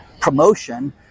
promotion